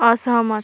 असहमत